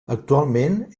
actualment